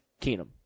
Keenum